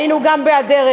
היינו גם ב"הדרך"